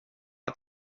ett